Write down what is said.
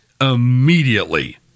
immediately